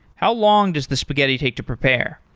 how long does the spaghetti take to prepare?